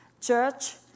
church